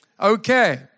Okay